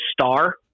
star